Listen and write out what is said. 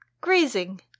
grazing